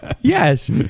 Yes